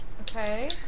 Okay